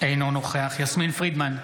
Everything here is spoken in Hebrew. אינו נוכח יסמין פרידמן,